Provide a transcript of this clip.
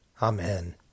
Amen